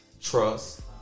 trust